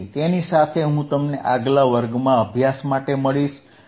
તેથી તેની સાથે હું તમને આગલા વર્ગમાં અભ્યાસ માટે મળીશ